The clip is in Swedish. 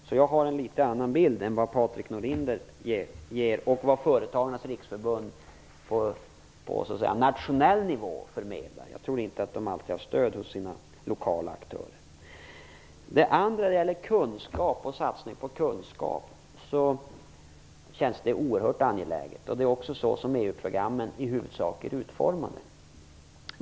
Jag har alltså en litet annan bild än vad Patrik Norinder ger uttryck för och vad Företagarnas riksorganisation på nationell nivå förmedlar. Jag tror inte att man alltid har stöd hos sina lokala aktörer. När det sedan gäller kunskap och satsning på kunskap känns detta oerhört angeläget, och det är också så som EU-programmen i huvudsak är utformade.